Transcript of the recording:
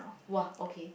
!wah! okay